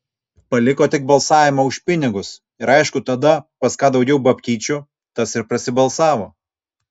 paliko tik balsavimą už pinigus ir aišku tada pas ką daugiau babkyčių tas ir prasibalsavo